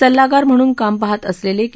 सल्लागार म्हणून काम पाहात असलेले के